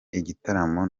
igitaramo